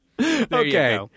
Okay